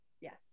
Yes